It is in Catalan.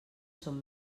són